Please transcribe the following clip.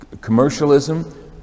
commercialism